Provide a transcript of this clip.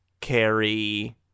carry